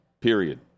period